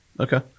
Okay